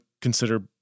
consider